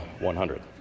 100